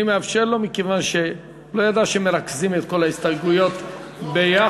אני מאפשר לו מכיוון שהוא לא ידע שמרכזים את כל ההסתייגויות ביחד.